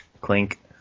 Clink